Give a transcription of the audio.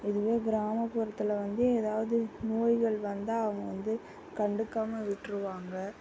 இதுவே கிராமப்புறத்தில் வந்து ஏதாவது நோய்கள் வந்தால் அவங்க வந்து கண்டுக்காமல் விட்டுருவாங்க